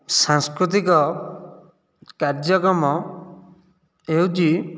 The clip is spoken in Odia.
ସାଂସ୍କୃତିକ କାର୍ଯ୍ୟକ୍ରମ ହେଉଛି